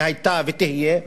שהיתה ותהיה,